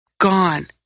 Gone